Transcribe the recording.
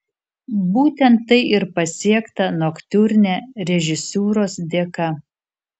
būtent tai ir pasiekta noktiurne režisūros dėka